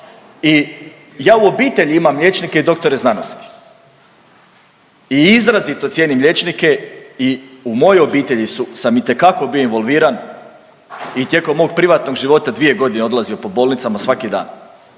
i ja u obitelji imam liječnike i doktore znanosti i izrazito cijenim liječnike i u mojoj obitelji su, sam itekako bio involviran i tijekom mog privatnog života dvije godine odlazio po bolnicama svaki dan.